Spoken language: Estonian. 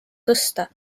tõsta